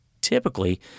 Typically